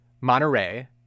Monterey